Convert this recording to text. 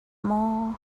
maw